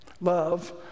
Love